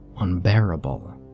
unbearable